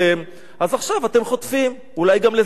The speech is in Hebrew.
אז עכשיו אתם חוטפים, אולי גם לזה הגיע הזמן.